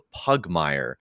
pugmire